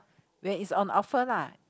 where is on offer lah